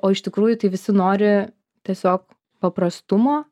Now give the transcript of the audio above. o iš tikrųjų tai visi nori tiesiog paprastumo